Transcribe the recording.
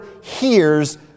hears